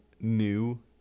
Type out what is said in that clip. new